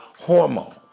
hormone